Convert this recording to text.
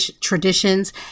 traditions